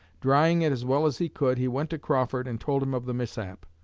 drying it as well as he could, he went to crawford and told him of the mishap.